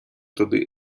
туди